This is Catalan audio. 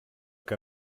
que